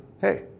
hey